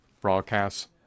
broadcasts